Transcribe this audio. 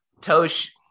tosh